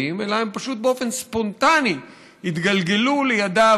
אלא פשוט באופן ספונטני הם התגלגלו לידיו,